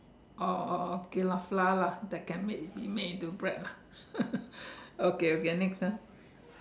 oh oh okay lah flour lah that can make be made into bread lah okay next one